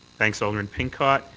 thanks, alderman pincott.